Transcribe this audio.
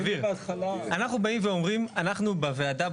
אנחנו באים ואומרים אנחנו בוועדה,